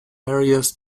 areas